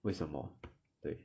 为什么对